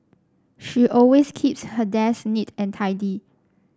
she always keeps her desk neat and tidy